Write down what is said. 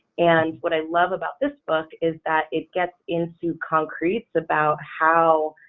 and what i love about this book is that it gets into concretes about how